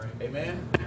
Amen